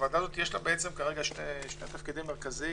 לוועדה הזאת יש כרגע שני תפקידים מרכזיים.